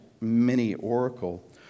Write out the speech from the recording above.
mini-oracle